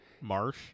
Marsh